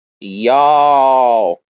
y'all